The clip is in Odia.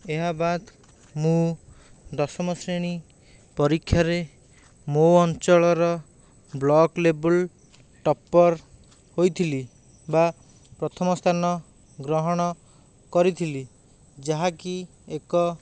ଏହାବାଦ ମୁଁ ଦଶମ ଶ୍ରେଣୀ ପରୀକ୍ଷାରେ ମୋ ଅଞ୍ଚଳର ବ୍ଲକ ଲେଭେଲ ଟପ୍ପର ହୋଇଥିଲି ବା ପ୍ରଥମ ସ୍ଥାନ ଗ୍ରହଣ କରିଥିଲି ଯାହାକି ଏକ